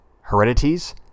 heredities